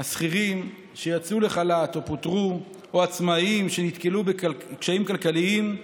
שכירים שיצאו לחל"ת או פוטרו או עצמאים שנתקלו בקשיים כלכליים,